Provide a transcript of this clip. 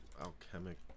Alchemic